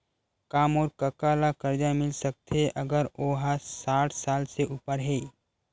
का मोर कका ला कर्जा मिल सकथे अगर ओ हा साठ साल से उपर हे?